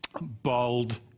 bold